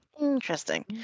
Interesting